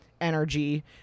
energy